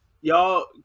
Y'all